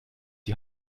die